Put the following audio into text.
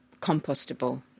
compostable